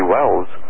Wells